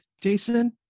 Jason